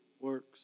works